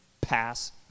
pass